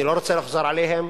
אני לא רוצה לחזור עליהם,